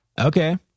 Okay